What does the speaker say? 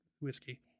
whiskey